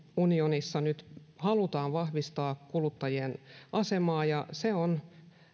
unionissa nyt halutaan vahvistaa kuluttajien asemaa ja se on